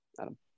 Adam